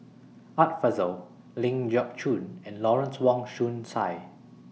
Art Fazil Ling Geok Choon and Lawrence Wong Shyun Tsai